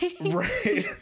Right